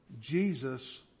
Jesus